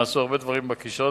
נעשו הרבה דברים בקישון,